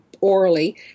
orally